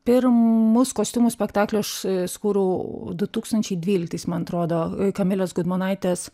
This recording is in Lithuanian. pirmus kostiumus spektakliui aš sukūriau du tūkstančiai dvyliktais man atrodo kamilės gudmonaitės